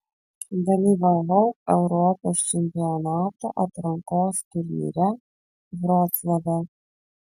dalyvavau europos čempionato atrankos turnyre vroclave